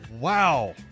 Wow